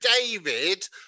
David